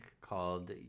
called